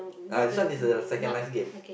uh this one is the second last game